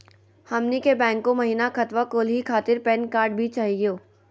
हमनी के बैंको महिना खतवा खोलही खातीर पैन कार्ड भी चाहियो?